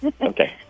Okay